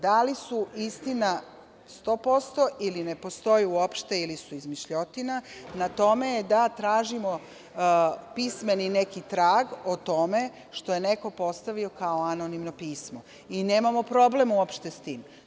Da li su istina 100% ili ne postoji uopšte ili su izmišljotina, na tome je da tražimo pismeni neki trag o tome što je neko postavio kao anonimno pismo i nemamo problem uopšte sa tim.